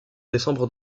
décembre